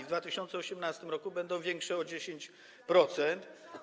W 2018 r. będą większe o 10%.